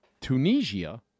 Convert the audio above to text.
Tunisia